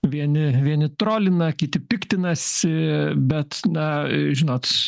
vieni vieni trolina kiti piktinasi bet na žinot